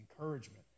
encouragement